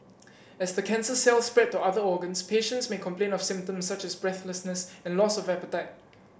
as the cancer cells spread to other organs patients may complain of symptoms such as breathlessness and loss of appetite